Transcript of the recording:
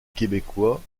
québécois